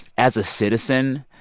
as a citizen,